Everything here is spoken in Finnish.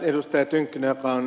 hienoa että ed